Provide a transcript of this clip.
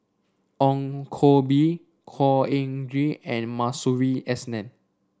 Ong Koh Bee Khor Ean Ghee and Masuri S N